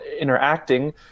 interacting